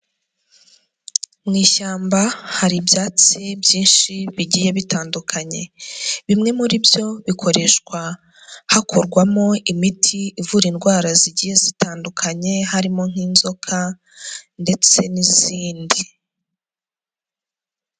Mu ishyamba hari ibyatsi byinshi bigiye bitandukanye, bimwe muri byo bikoreshwa hakorwamo imiti ivura indwara zigiye zitandukanye, harimo nk'inzoka ndetse n'izindi.